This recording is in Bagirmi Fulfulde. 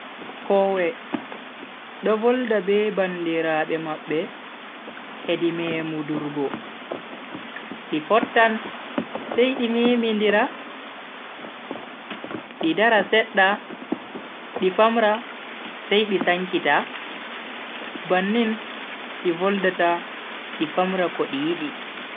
Koowe do volda be bandiraabe mabbe hedi memudurgo. di fottan sai di memindira ndi dara sedda di famra sai di sankita, bannin di voldata di famra ko di yidi.